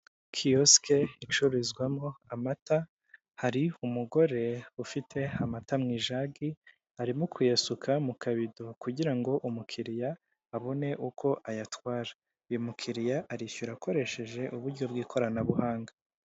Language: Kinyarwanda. kiyosike icururizwamo amata hari umugore ufite amata mu ijagi arimo kuyasuka mu kabidoha kugira ngo umukiriya abone uko ayatwara uyu mukiriya arishyura akoresheje uburyo bw'ikoranabuhanga.